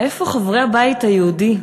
איפה חברי הבית היהודי?